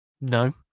No